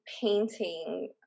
painting